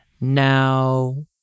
now